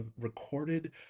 recorded